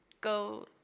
go